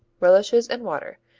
relishes and water,